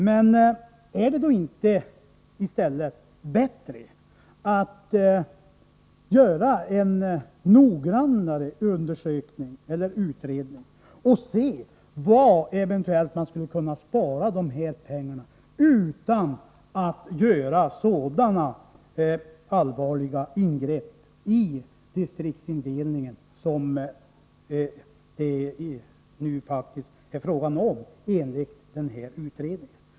Men är det då inte bättre att göra en noggrannare utredning, för att se var man eventuellt skulle kunna spara in de pengar det gäller utan att göra sådana allvarliga ingrepp i distriktsindelningen som det enligt den gjorda utredningen nu faktiskt är fråga om?